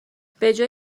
بجای